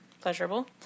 pleasurable